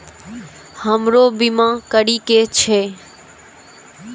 हमरो बीमा करीके छः?